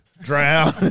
drown